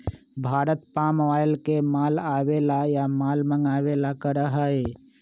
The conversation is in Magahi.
भारत पाम ऑयल के माल आवे ला या माल मंगावे ला करा हई